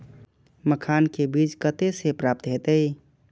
मखान के बीज कते से प्राप्त हैते?